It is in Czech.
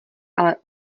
ale